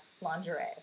lingerie